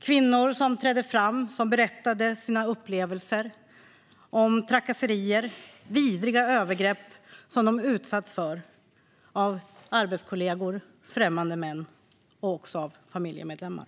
Kvinnor trädde fram och berättade om sina upplevelser av trakasserier - vidriga övergrepp som de utsatts för av arbetskollegor, främmande män och familjemedlemmar.